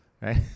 Right